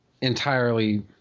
entirely –